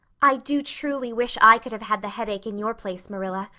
i do truly wish i could have had the headache in your place, marilla.